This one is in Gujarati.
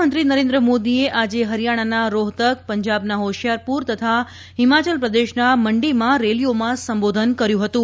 પ્રધાનમંત્રી નરેન્દ્ર મોદીએ આજે ફરિયાણાના રોફતક પંજાબના ફોશીયારપુર તથા ફિમાચલ પ્રદેશના મંડીમાં રેલીઓમાં સંબોધન કર્યું ફતું